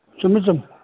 ꯆꯨꯝꯃꯤ ꯆꯨꯝꯃꯤ